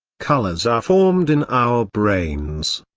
colors are formed in our brains.